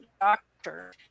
doctor